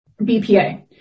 BPA